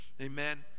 Amen